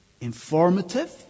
informative